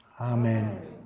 amen